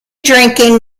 drinking